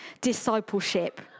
discipleship